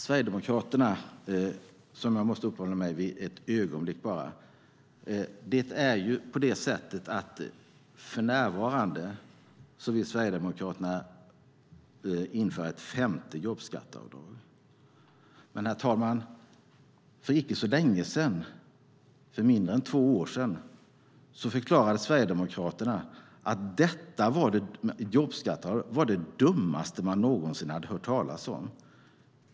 Sverigedemokraterna, som jag måste uppehålla mig vid ett ögonblick bara, vill för närvarande införa ett femte jobbskatteavdrag. Men, herr talman, för icke så länge sedan, mindre än två år sedan, förklarade Sverigedemokraterna att jobbskatteavdraget var det dummaste som man någonsin hade hört talas om.